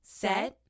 set